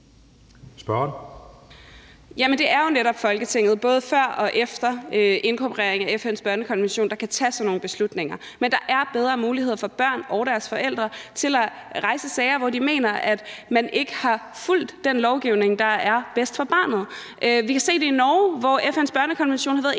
Carøe (SF): Det er jo netop Folketinget, der både før og efter inkorporeringen af FN's børnekonvention kan tage sådan nogle beslutninger. Men der er med en inkorporering bedre muligheder for børn og deres forældre for at rejse sager, hvis de mener, at man ikke har fulgt den lovgivning, der er bedst for barnet. Vi kan se det i Norge, hvor FN's børnekonvention har været inkorporeret